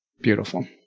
Beautiful